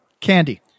candy